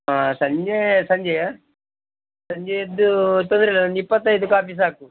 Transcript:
ಹಾಂ ಸಂಜೆ ಸಂಜೆಯ ಸಂಜೆಯದ್ದು ತೊಂದರೆಯಿಲ್ಲ ಒಂದು ಇಪ್ಪತ್ತೈದು ಕಾಫಿ ಸಾಕು